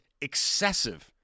excessive